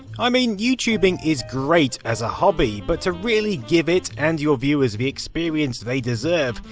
i mean youtubing is great as a hobby, but to really give it, and your viewers, the experience they deserve,